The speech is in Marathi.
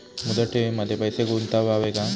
मुदत ठेवींमध्ये पैसे गुंतवावे का?